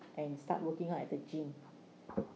and start working out at the gym